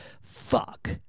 fuck